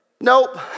Nope